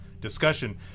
discussion